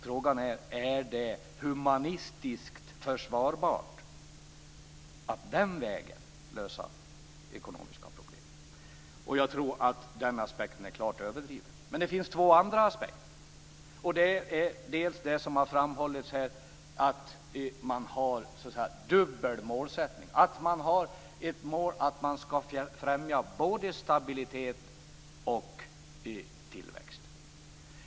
Frågan är: Är det humanistiskt försvarbart att den vägen lösa ekonomiska problem? Jag tror att den aspekten är klart överdriven. Det finns två andra aspekter. Det gäller bl.a. det som har framhållits här, dvs. att man har en dubbel målsättning. Man har som mål att främja både stabilitet och tillväxt.